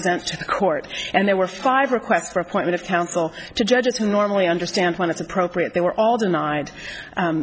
the court and there were five requests for appointment of counsel to judges who normally understand when it's appropriate they were all denied